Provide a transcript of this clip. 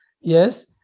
Yes